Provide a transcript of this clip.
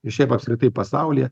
ir šiaip apskritai pasaulyje